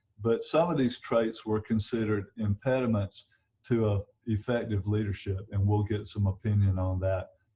but some of these traits were considered impediments to ah effective leadership and we'll get some opinion on that